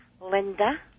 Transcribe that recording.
Linda